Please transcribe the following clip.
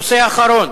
הנושא האחרון